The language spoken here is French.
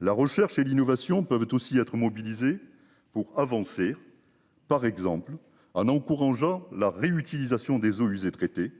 La recherche et l'innovation peuvent aussi être mobilisées pour avancer par exemple en encourageant la réutilisation des eaux usées traitées